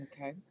Okay